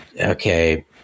okay